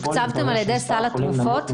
שתוקצבתם על ידי סל התרופות,